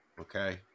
Okay